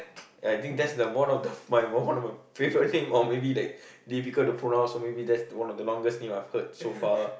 I think that's the one of the my one of the favourite thing or maybe like difficult to pronounce or maybe that's one of the longest name I've heard so far ah